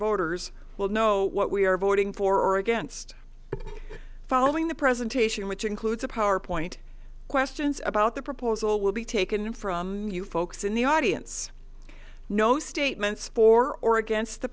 voters will know what we are voting for or against following the presentation which includes a powerpoint questions about the proposal will be taken from you folks in the audience no statements for or against the